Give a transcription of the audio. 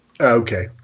Okay